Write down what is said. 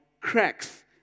cracks